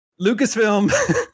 Lucasfilm